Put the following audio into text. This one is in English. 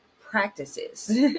practices